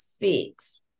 fix